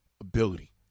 ability